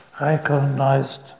recognized